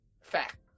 Fact